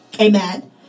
amen